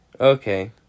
Okay